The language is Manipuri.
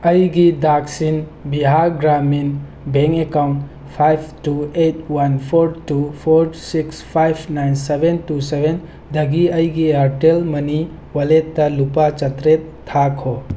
ꯑꯩꯒꯤ Dakshin Bihar Gramin bank account five two eight one four two four six five nine seven two ꯁꯕꯦꯟꯗꯒꯤ ꯑꯩꯒꯤ ꯏꯌꯥꯔꯇꯦꯜ ꯃꯅꯤ ꯋꯥꯜꯂꯦꯠꯇ ꯂꯨꯄꯥ ꯆꯥꯇꯔꯦꯠ ꯊꯥꯈꯣ